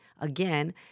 again